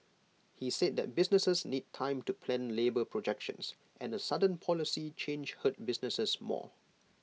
he said that businesses need time to plan labour projections and A sudden policy change hurt businesses more